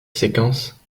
séquence